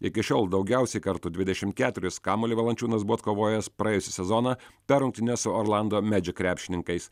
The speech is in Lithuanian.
iki šiol daugiausiai kartų dvidešimt keturis kamuolį valančiūnas buvo atkovojęs praėjusį sezoną per rungtynes su orlando magic krepšininkais